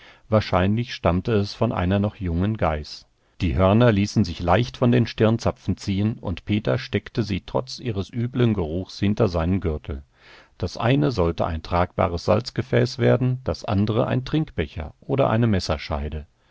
wahrscheinlich stammte es von einer noch jungen geiß die hörner ließen sich leicht von den stirnzapfen ziehen und peter steckte sie trotz ihres üblen geruchs hinter seinen gürtel das eine sollte ein tragbares salzgefäß werden das andere ein trinkbecher oder eine messerscheide